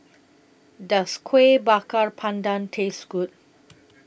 Does Kueh Bakar Pandan Taste Good